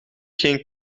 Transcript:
geen